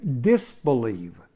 disbelieve